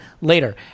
later